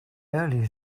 earlier